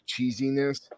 cheesiness